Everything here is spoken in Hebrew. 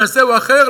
כזה או אחר,